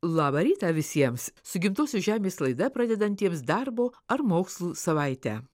labą rytą visiems su gimtosios žemės laida pradedantiems darbo ar mokslų savaitę